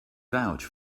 vouch